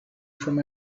from